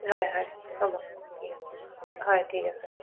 হয় হয় হ'ব ঠিক আছে হয় ঠিক আছে